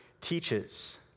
teaches